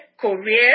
Korea